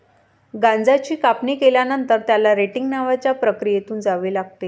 गांजाची कापणी केल्यानंतर, त्याला रेटिंग नावाच्या प्रक्रियेतून जावे लागते